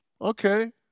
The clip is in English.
Okay